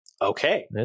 Okay